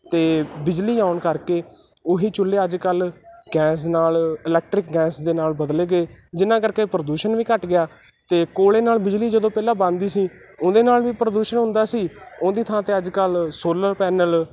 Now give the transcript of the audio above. ਅਤੇ ਬਿਜਲੀ ਆਉਣ ਕਰਕੇ ਉਹ ਹੀ ਚੁੱਲ੍ਹੇ ਅੱਜ ਕੱਲ੍ਹ ਗੈਸ ਨਾਲ ਇਲੈਕਟਰਿਕ ਗੈਸ ਦੇ ਨਾਲ ਬਦਲ ਗਏ ਜਿਹਨਾਂ ਕਰਕੇ ਪ੍ਰਦੂਸ਼ਣ ਵੀ ਘੱਟ ਗਿਆ ਅਤੇ ਕੋਲੇ ਨਾਲ ਬਿਜਲੀ ਜਦੋਂ ਪਹਿਲਾਂ ਬਣਦੀ ਸੀ ਉਹਦੇ ਨਾਲ ਵੀ ਪ੍ਰਦੂਸ਼ਣ ਹੁੰਦਾ ਸੀ ਉਹਦੀ ਥਾਂ 'ਤੇ ਅੱਜ ਕੱਲ੍ਹ ਸੋਲਰ ਪੈਨਲ